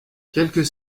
quelques